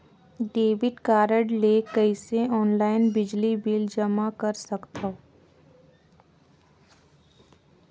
Debit card ले कइसे online बिजली बिल जमा कर सकथव?